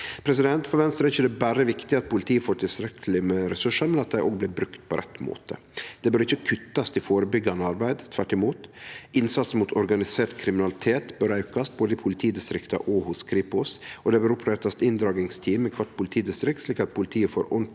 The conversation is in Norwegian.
landet. For Venstre er det ikkje berre viktig at politiet får tilstrekkeleg med ressursar, men at dei òg blir brukte på rett måte. Det bør ikkje kuttast i førebyggjande arbeid – tvert imot. Innsats mot organisert kriminalitet bør aukast i både politidistrikta og hos Kripos. Det bør opprettast inndragingsteam i kvart politidistrikt, slik at politiet får